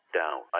down